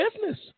business